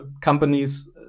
companies